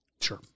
Sure